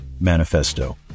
Manifesto